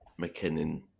McKinnon